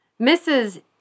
Mrs